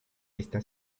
está